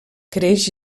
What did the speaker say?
creix